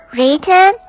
Written